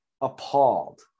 appalled